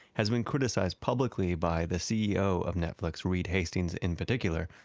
has been criticized publicly by the ceo of netflix reed hastings in particular,